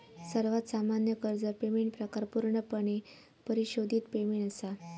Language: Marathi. सर्वात सामान्य कर्ज पेमेंट प्रकार पूर्णपणे परिशोधित पेमेंट असा